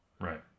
Right